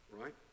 right